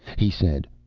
he said,